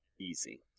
easy